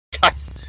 guys